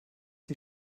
die